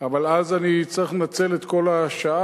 אבל אז אני אצטרך לנצל את כל השעה,